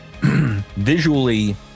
Visually